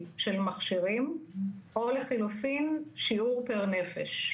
של מכשירים או לחילופין שיעור פר נפש,